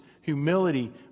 humility